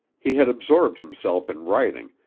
he had absorbed himself in writing,